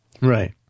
Right